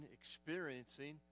experiencing